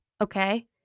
okay